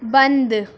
بند